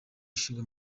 ishinga